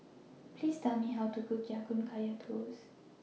Please Tell Me How to Cook Ya Kun Kaya Toast